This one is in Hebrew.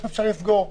איך אפשר לסגור וכולי.